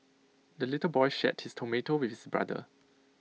the little boy shared his tomato with his brother